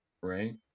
right